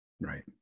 Right